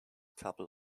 couple